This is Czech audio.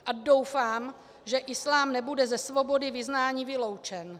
A doufá, že islám nebude ze svobody vyznání vyloučen.